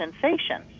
sensation